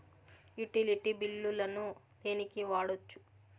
Utility బిల్లులను దేనికి వాడొచ్చు?